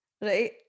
right